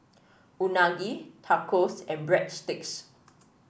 Unagi Tacos and Breadsticks